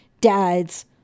dad's